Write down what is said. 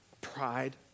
pride